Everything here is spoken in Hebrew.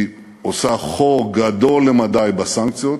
היא עושה חור גדול למדי בסנקציות,